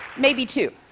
maybe two.